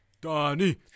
Donnie